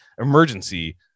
emergency